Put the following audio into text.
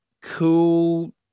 cool